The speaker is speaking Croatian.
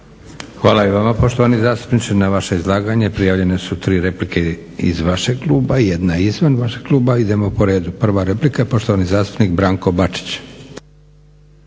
Hvala i vama poštovani zastupniče. Na vaše izlaganje prijavljene su tri replike iz vašeg kluba i jedna izvan vašeg kluba. Idemo po redu, prva replika i poštovani zastupnik Branko Bačić.